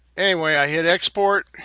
anyway, i hit export,